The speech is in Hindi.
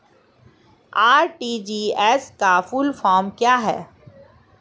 आर.टी.जी.एस का फुल फॉर्म क्या है?